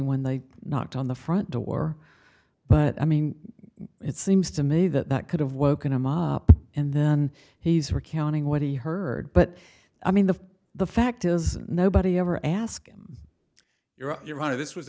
when they knocked on the front door but i mean it seems to me that that could have woken him up and then he's recounting what he heard but i mean the the fact is nobody ever asked you're out you're out of this was